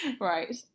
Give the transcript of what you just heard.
Right